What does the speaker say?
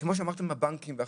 כמו שאמרת עם הבנקים ואחרים,